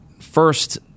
first